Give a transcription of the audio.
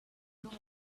know